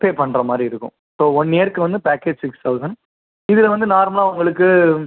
பே பண்ணுற மாதிரி இருக்கும் இப்போது ஒன் இயருக்கு வந்து பேக்கேஜ் சிக்ஸ் தொளசண்ட் இதில் வந்து நார்மலாக உங்களுக்கு